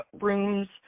rooms